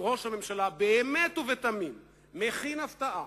אם ראש הממשלה באמת ובתמים מכין הפתעה,